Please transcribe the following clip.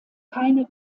keine